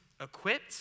equipped